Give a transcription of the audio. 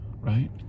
right